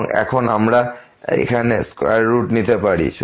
এবং এখন আমরা এখানে স্কয়াররুট নিতে পারি